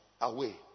away